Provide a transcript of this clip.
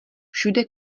všude